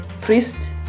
priest